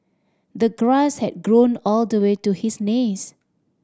the grass had grown all the way to his knees